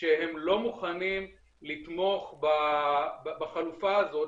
שהם לא מוכנים לתמוך בחלופה הזאת,